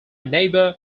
neighbor